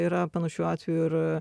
yra panašių atvejų ir